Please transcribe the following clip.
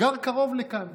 גר קרוב לכאן.